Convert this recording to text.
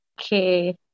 Okay